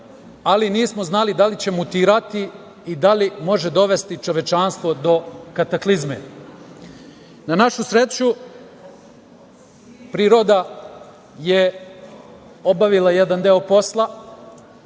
ali nismo znali da li će mutirati i da li može dovesti čovečanstvo do kataklizme. Na našu sreću priroda je obavila jedan deo posla